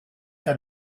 que